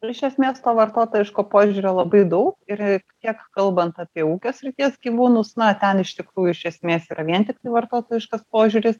iš esmės to vartotojiško požiūrio labai daug yra tiek kalbant apie ūkio srities gyvūnus na ten iš tikrųjų iš esmės yra vien tiktai vartotojiškas požiūris